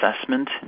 assessment